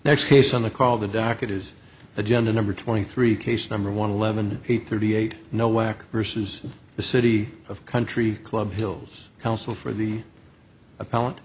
next case on the call the docket is agenda number twenty three case number one eleven thirty eight no whack versus the city of country club hills counsel for the